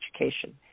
Education